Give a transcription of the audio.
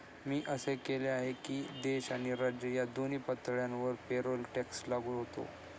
मी असे ऐकले आहे की देश आणि राज्य या दोन्ही पातळ्यांवर पेरोल टॅक्स लागू होतो